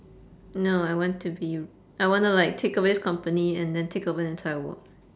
no I want to be I wanna like take over this company and then take over the entire world